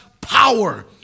power